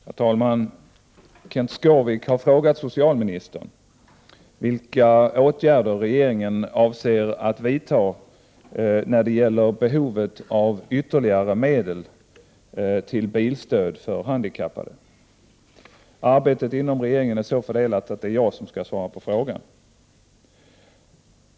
Herr talman! Kenth Skårvik har frågat socialministern vilka åtgärder regeringen avser att vidta när det gäller behovet av ytterligare medel till bilstöd för handikappade. Arbetet inom regeringen är så fördelat att det är jag som skall svara på frågan.